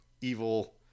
evil